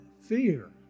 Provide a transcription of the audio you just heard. fear